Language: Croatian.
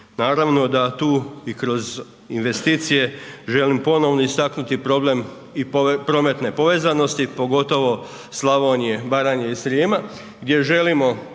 Naravno da tu i kroz investicije želim ponovno želim istaknuti problem i prometne povezanosti, pogotovo Slavonije, Baranje i Srijema gdje želimo